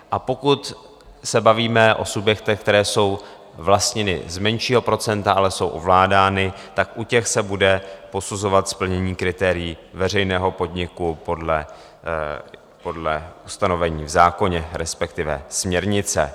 A pokud se bavíme o subjektech, které jsou vlastněny z menšího procenta, ale jsou ovládány, tak u těch se bude posuzovat splnění kritérií veřejného podniku podle ustanovení v zákoně, respektive směrnice.